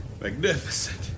Magnificent